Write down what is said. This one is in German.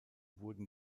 wurden